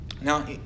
now